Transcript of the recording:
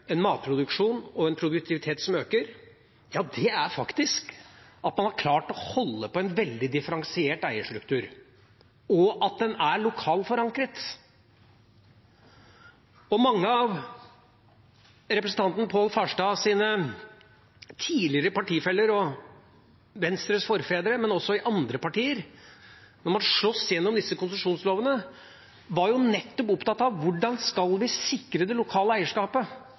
en matproduksjon og en produktivitet som øker – er at man har klart å holde på en veldig differensiert eierstruktur, og at den er lokalt forankret. Mange av representanten Pål Farstads tidligere partifeller og Venstres forfedre, men også representanter for andre partier, som sloss igjennom disse konsesjonslovene, var nettopp opptatt av hvordan de skulle sikre det lokale eierskapet,